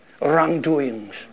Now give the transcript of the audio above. wrongdoings